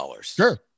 Sure